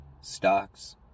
stocks